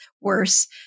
worse